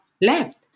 left